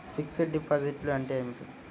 Fixed డిపాజిట్లు అంటే ఏమిటి?